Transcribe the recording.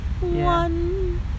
one